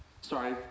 Sorry